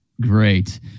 great